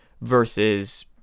versus